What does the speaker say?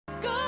Good